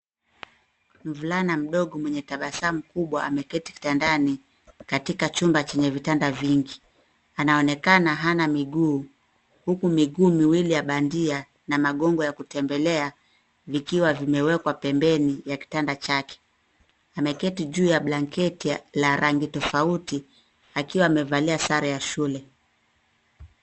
Mvulana mdogo mwenye tabasamu kubwa ameketi kitandani katika chumba chenye vitanda vingi. Anaonekana hana miguu huku miguu miwili ya bandia na magongo ya kutembelea vikiwa vimewekwa pembeni ya kitanda chake. Ameketi juu ya blanketi la rangi tofauti akiwa amevalia sare ya shule.